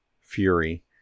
fury